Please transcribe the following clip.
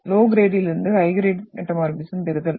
low கிரேட்லிருந்து high grade metamorphism பெறுதல்